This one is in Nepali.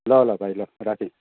ल ल भाइ ल राखेँ